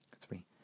three